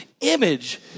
image